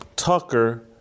Tucker